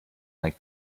like